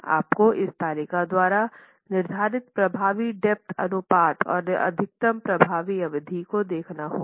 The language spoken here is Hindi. आपको इस तालिका द्वारा निर्धारित प्रभावी डेप्थ अनुपात और अधिकतम प्रभावी अवधि को देखना होगा